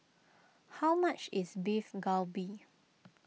how much is Beef Galbi